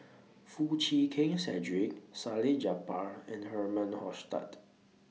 Foo Chee Keng Cedric Salleh Japar and Herman Hochstadt